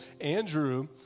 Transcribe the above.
Andrew